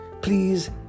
Please